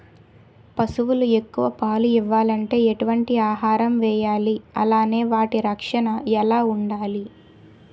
పశువులు ఎక్కువ పాలు ఇవ్వాలంటే ఎటు వంటి ఆహారం వేయాలి అలానే వాటి రక్షణ ఎలా వుండాలి?